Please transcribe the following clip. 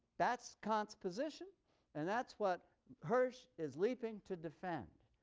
that's kant's position and that's what hirsch is leaping to defend.